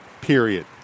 Period